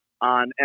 on